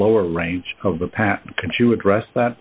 lower range of the path can you address that